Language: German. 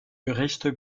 gerichte